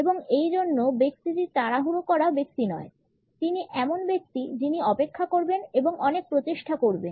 এবং সেইজন্য ব্যক্তিটি তাড়াহুড়ো করা ব্যক্তি নয় তিনি এমন ব্যক্তি যিনি অপেক্ষা করবেন এবং অনেক প্রচেষ্টা করবেন